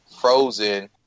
frozen